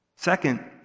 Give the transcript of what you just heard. Second